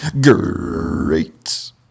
Great